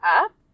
up